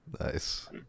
Nice